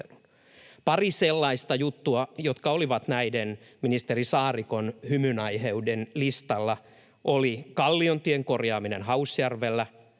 Pari sellaista juttua, jotka olivat ministeri Saarikon hymynaiheiden listalla: Kalliontien korjaaminen Hausjärvellä.